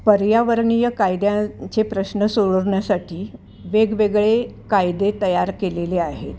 पर्यावरणीय कायद्यांचे प्रश्न सोडण्यासाठी वेगवेगळे कायदे तयार केलेले आहेत